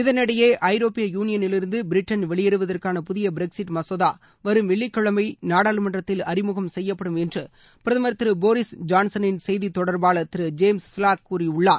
இதனிடையே ஐரோப்பிய யூனியனிலிருந்து பிரிட்டன் வெளியேறுவதற்கான புதிய பிரெக்சிட் மசோதா வரும் வெள்ளிக்கிழமை நாடாளுமன்றத்தின் அறிமுகம் செய்யப்படும் என்று பிரதமர் திரு போரிஸ் ஜான்சனின் செய்தி தொடர்பாளர் திரு ஜேம்ஸ் ஸ்லாக் கூறியுள்ளார்